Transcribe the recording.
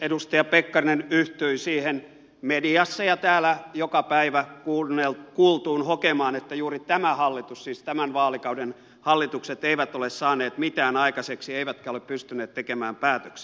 edustaja pekkarinen yhtyi siihen mediassa ja täällä joka päivä kuultuun hokemaan että juuri tämän vaalikauden hallitukset eivät ole saaneet mitään aikaiseksi eivätkä ole pystyneet tekemään päätöksiä